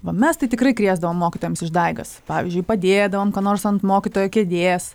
va mes tai tikrai krėsdavom mokytojams išdaigas pavyzdžiui padėdavom ką nors ant mokytojo kėdės